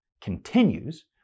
continues